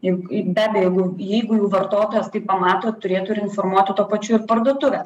imk i be abejo jeigu jau vartotojas tai pamato turėtų ir informuotų tuo pačiu ir parduotuvę